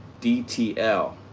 DTL